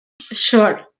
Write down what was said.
Sure